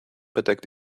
bedeckt